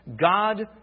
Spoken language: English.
God